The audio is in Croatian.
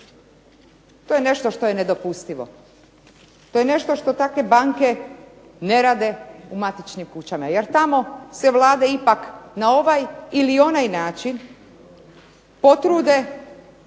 To je nešto što je dopustivo, to je nešto što takve banke ne rade u matičnim kućama, jer tamo se Vlada ipak na ovaj ili onaj način potrude